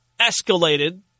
escalated